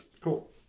cool